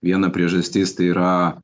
viena priežastis tai yra